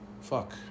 Fuck